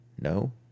no